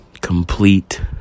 complete